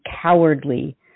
cowardly